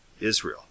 Israel